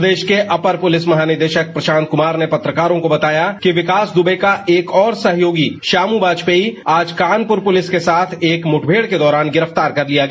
प्रदेश के अपर प्रालिस महानिदेशक प्रशांक कुमार ने पत्रकारों को बताया कि विकास दुबे का एक और सहयोगी शामू वाजपेयी आज कानपुर पुलिस के साथ एक मुठभेड़ के दौरान गिरफ्तार कर लिया गया